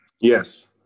Yes